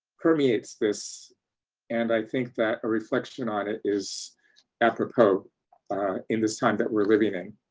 permeates this and i think that a reflection on it is a propos in this time that we're living in.